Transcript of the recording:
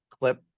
clip